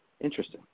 Interesting